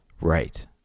right